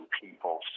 people